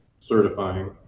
certifying